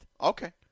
Okay